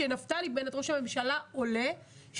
כשנפתלי בנט ראש הממשלה עולה.